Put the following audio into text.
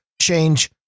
change